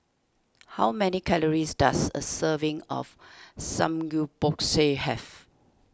how many calories does a serving of Samgeyopsal have